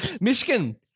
Michigan